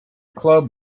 club